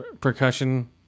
percussion